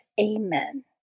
Amen